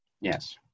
Yes